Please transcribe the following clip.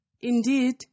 Indeed